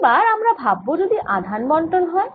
এবার আমরা ভাববো যদি আধান বন্টন হয়